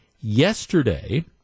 yesterday